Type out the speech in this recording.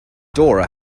dora